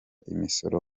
imisoro